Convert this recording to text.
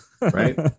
right